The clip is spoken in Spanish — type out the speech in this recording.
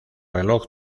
reloj